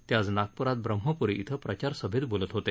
ते आज नागपूरात ब्रम्हपूरी इथं प्रचारसभेत बोलत होते